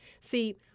See